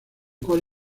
cual